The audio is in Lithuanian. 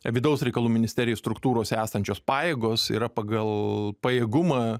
vidaus reikalų ministerijoj struktūrose esančios pajėgos yra pagal pajėgumą